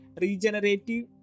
Regenerative